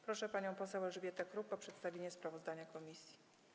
Proszę panią poseł Elżbietę Kruk o przedstawienie sprawozdania komisji.